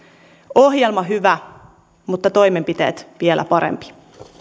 ohjelma hyvä mutta toimenpiteet vielä parempi